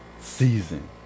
season